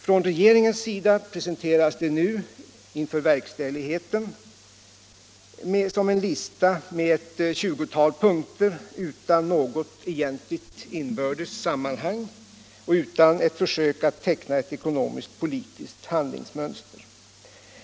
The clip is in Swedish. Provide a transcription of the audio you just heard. Från regeringens sida presenteras åtgärderna nu inför verkställigheten som en lista med ett 20-tal punkter utan något egentligt inbördes sammanhang och utan ett försök att teckna ett ekonomiskt-politiskt handlingsmönster.